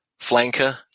flanker